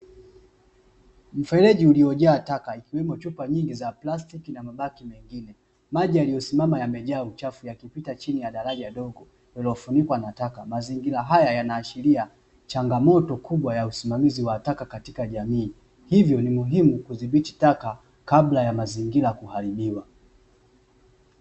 Mfereji uliojaa taka, ikiwemo chupa nyingi za plastiki na mabaki mengine, maji yaliyosimama yamejaa uchafu yakipita chini ya daraja dogo lililo funikwa na taka. Mazingira haya yanaashiria changamoto kubwa ya usimamizi wa taka katika jamii. Hivyo, ni muhimu kuzidhibiti taka kabla ya mazingira kuharibiwa.